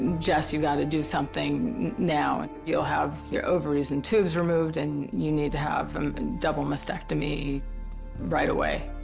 jess, you got to do something now. and you'll have your ovaries and tubes removed and you need to have a um and double mastectomy right away.